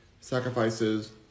sacrifices